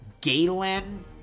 Galen